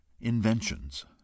inventions